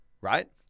right